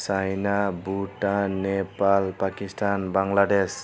China Bhutan Nepal Pakistan Bangladesh